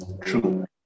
true